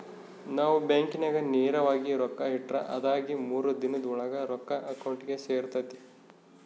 ನಾವು ಬ್ಯಾಂಕಿನಾಗ ನೇರವಾಗಿ ರೊಕ್ಕ ಇಟ್ರ ಅದಾಗಿ ಮೂರು ದಿನುದ್ ಓಳಾಗ ರೊಕ್ಕ ಅಕೌಂಟಿಗೆ ಸೇರ್ತತೆ